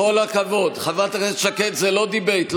בכל הכבוד, חברת הכנסת שקד, זה לא דיבייט.